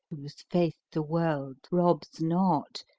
whose faith the world robs not,